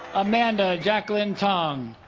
amanda jacquelyn tong